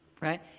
right